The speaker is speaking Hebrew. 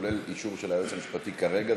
כולל אישור של היועץ המשפטי כרגע,